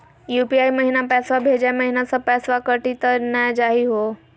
UPI महिना पैसवा भेजै महिना सब पैसवा कटी त नै जाही हो?